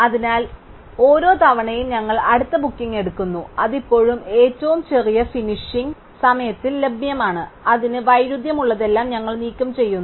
അതിനാൽ ഓരോ തവണയും ഞങ്ങൾ അടുത്ത ബുക്കിംഗ് എടുക്കുന്നു അത് ഇപ്പോഴും ഏറ്റവും ചെറിയ ഫിനിഷിംഗ് സമയത്തിൽ ലഭ്യമാണ് അതിന് വൈരുദ്ധ്യമുള്ളതെല്ലാം ഞങ്ങൾ നീക്കംചെയ്യുന്നു